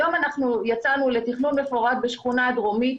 והיום יצאנו לתכנון מפורט בשכונה הדרומית.